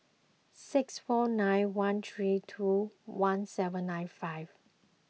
six four nine one three two one seven nine five